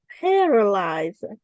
paralyzed